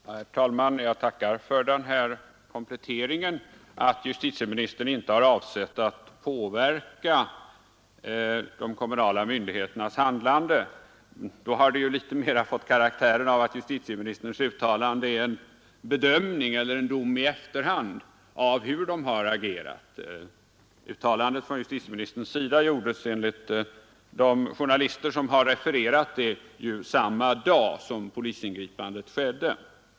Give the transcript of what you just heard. Herr talman! Jag tackar för den här kompletteringen — att justitieministern inte har avsett att påverka de kommunala myndigheternas handlande. Då har justitieministerns uttalande ju mera fått karaktären av en bedömning eller en dom i efterhand över deras agerande. Uttalandet från justitieministerns sida gjordes ju nämligen enligt de journalister som har refererat det, samma dag som polisingripandet skedde.